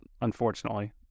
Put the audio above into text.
unfortunately